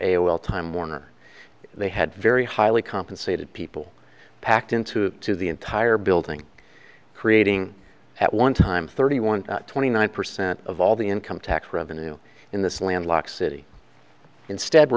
l time warner they had very highly compensated people packed into the entire building creating at one time thirty one twenty nine percent of all the income tax revenue in this landlocked city instead